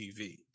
TV